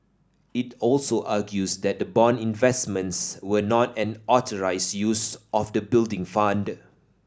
it also argues that the bond investments were not an authorised use of the Building Fund